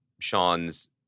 Sean's